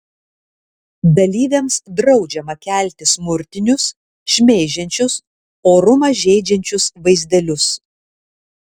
dalyviams draudžiama kelti smurtinius šmeižiančius orumą žeidžiančius vaizdelius